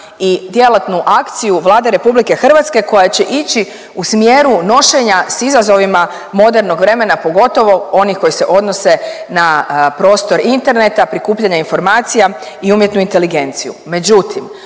i djelatnu akciju Vlade RH koja će ići u smjeru nošenja s izazovima modernog vremena, pogotovo onih koji se odnose na prostor interneta, prikupljanja informacija i umjetnu inteligenciju.